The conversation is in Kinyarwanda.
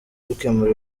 dukemura